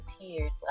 tears